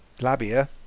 Labia